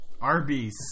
Arby's